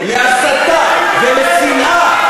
לצערי,